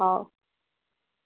ହଉ